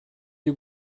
you